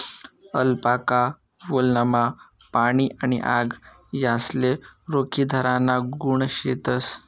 alpaca वुलनमा पाणी आणि आग यासले रोखीधराना गुण शेतस